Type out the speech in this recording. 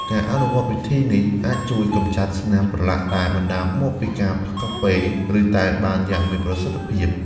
ការអនុវត្តវិធីនេះអាចជួយកម្ចាត់ស្នាមប្រឡាក់ដែលបណ្តាលមកពីការផឹកកាហ្វេ ឬតែបានយ៉ាងមានប្រសិទ្ធភាព។